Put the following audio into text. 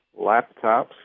laptops